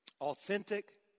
Authentic